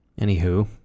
Anywho